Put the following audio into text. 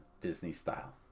Disney-style